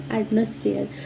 atmosphere